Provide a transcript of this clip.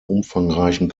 umfangreichen